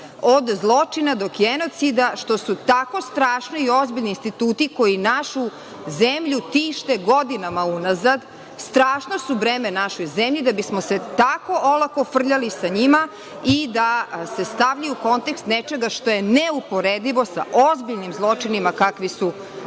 od zločina do genocida što su tako strašni i ozbiljni instituti koji našu zemlju tište godinama unazad, strašno su breme našoj zemlji da bi smo se tako olako frljali sa njima i da se stavljaju u kontekst nečega što je neuporedivo sa ozbiljnim zločinima kakav je